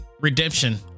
redemption